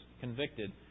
convicted